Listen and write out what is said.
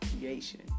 creation